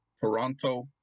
Toronto